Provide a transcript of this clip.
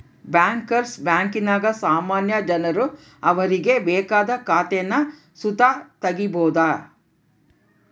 bankers ಬ್ಯಾಂಕಿನಾಗ ಸಾಮಾನ್ಯ ಜನರು ಅವರಿಗೆ ಬೇಕಾದ ಖಾತೇನ ಸುತ ತಗೀಬೋದು